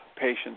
patients